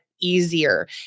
easier